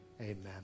Amen